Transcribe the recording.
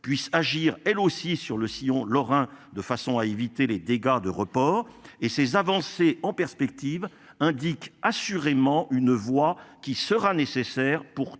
puisse agir elle aussi sur le sillon lorrain de façon à éviter les dégâts de report et ces avancées en perspective indique assurément une voie qui sera nécessaire pour